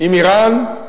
עם אירן,